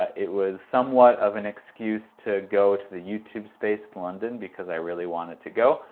it was somewhat of an excuse to go to the youtube space in london because i really wanted to go,